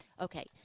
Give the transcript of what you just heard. Okay